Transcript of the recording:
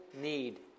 need